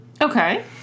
Okay